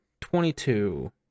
Twenty-two